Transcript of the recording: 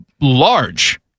large